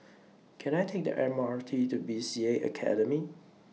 Can I Take The M R T to B C A Academy